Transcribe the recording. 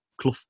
Clough